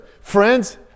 friends